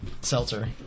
seltzer